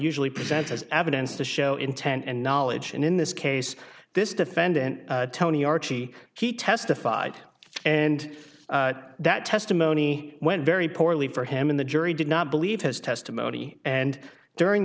usually present as evidence to show intent and knowledge and in this case this defendant tony archie he testified and that testimony went very poorly for him in the jury did not believe his testimony and during